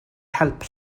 help